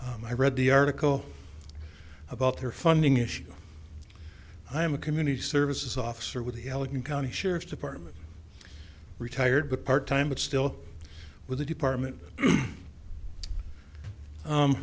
i read the article about their funding issue i am a community services officer with the elegant county sheriff's department retired part time but still with the department